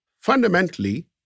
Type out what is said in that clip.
fundamentally